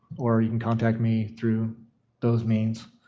or you can contact me through those means.